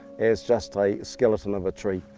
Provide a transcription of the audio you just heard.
as just a skeleton of a tree.